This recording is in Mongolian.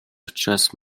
учраас